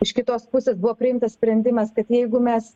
iš kitos pusės buvo priimtas sprendimas kad jeigu mes